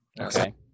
Okay